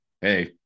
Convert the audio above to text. hey